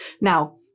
Now